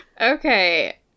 okay